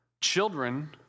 children